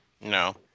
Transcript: No